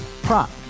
Prop